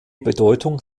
bedeutung